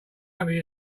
happy